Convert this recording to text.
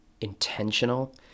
intentional